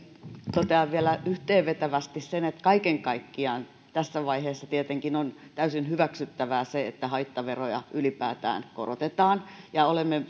totean vielä yhteenvetävästi sen että kaiken kaikkiaan tässä vaiheessa tietenkin on täysin hyväksyttävää se että haittaveroja ylipäätään korotetaan ja olemme